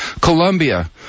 Colombia